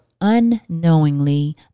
unknowingly